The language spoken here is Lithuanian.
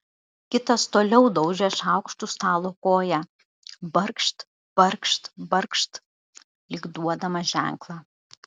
kitas toliau daužė šaukštu stalo koją barkšt barkšt barkšt lyg duodamas ženklą